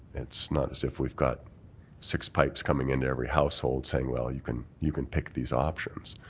it's not as if we got six pipes coming into every household saying, well, you can you can pick these options.